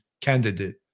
candidate